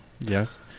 Yes